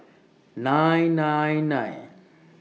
nine nine nine